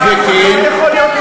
אבל זה לא נכון.